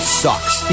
sucks